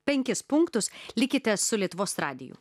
penkis punktus likite su lietuvos radiju